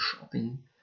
shopping